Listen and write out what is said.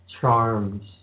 Charms